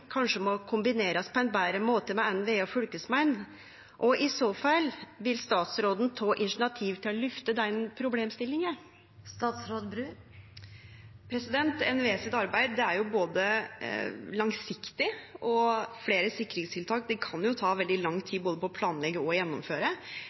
kanskje må kombinerast på ein betre måte med NVE og fylkesmennene? Og i så fall: Vil statsråden ta initiativ til å løfte den problemstillinga? NVEs arbeid er langsiktig, og flere sikringstiltak kan ta veldig lang tid både å planlegge og